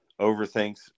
overthinks